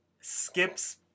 Skips